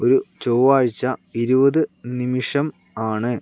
ഒരു ചൊവ്വാഴ്ച ഇരുപത് നിമിഷം ആണ്